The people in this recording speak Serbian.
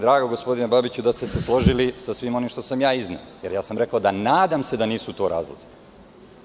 Drago mi je, gospodine Babiću, da ste se složili sa svim onim što sam ja izneo, jer ja sam rekao da se nadam da to nisu razlozi.